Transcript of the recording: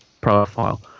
profile